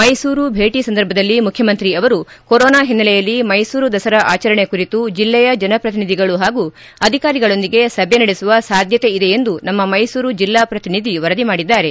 ಮೈಸೂರು ಭೇಟಿ ಸಂದರ್ಭದಲ್ಲಿ ಮುಖ್ಯಮಂತ್ರಿ ಅವರು ಕೊರೊನಾ ಹಿನ್ನೆಲೆಯಲ್ಲಿ ಮೈಸೂರು ದಸರಾ ಆಚರಣೆ ಕುರಿತು ಜಿಲ್ಲೆಯ ಜನಪ್ರತಿನಿಧಿಗಳು ಹಾಗೂ ಅಧಿಕಾರಿಗಳೊಂದಿಗೆ ಸಭೆ ನಡೆಸುವ ಸಾಧ್ಯತೆ ಇದೆ ಎಂದು ನಮ್ಮ ಮೈಸೂರು ಜಿಲ್ಲಾ ಪ್ರತಿನಿಧಿ ವರದಿ ಮಾಡಿದ್ದಾರೆ